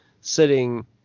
sitting